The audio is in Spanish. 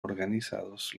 organizados